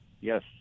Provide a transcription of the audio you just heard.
Yes